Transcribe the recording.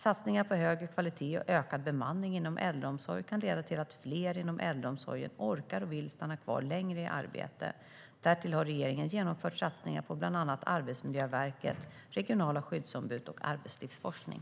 Satsningar på högre kvalitet och ökad bemanning inom äldreomsorg kan leda till att fler inom äldreomsorgen orkar och vill stanna kvar längre i arbete. Därtill har regeringen genomfört satsningar på bland annat Arbetsmiljöverket, regionala skyddsombud och arbetslivsforskning.